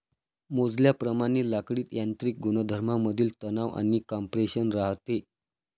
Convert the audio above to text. मोजल्याप्रमाणे लाकडीत यांत्रिक गुणधर्मांमधील तणाव आणि कॉम्प्रेशन राहते